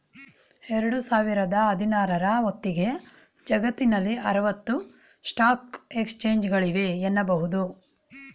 ಎರಡು ಸಾವಿರದ ಹದಿನಾರ ರ ಹೊತ್ತಿಗೆ ಜಗತ್ತಿನಲ್ಲಿ ಆರವತ್ತು ಸ್ಟಾಕ್ ಎಕ್ಸ್ಚೇಂಜ್ಗಳಿವೆ ಎನ್ನುಬಹುದು